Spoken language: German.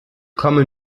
komme